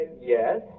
yes